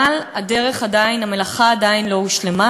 אבל המלאכה עדיין לא הושלמה.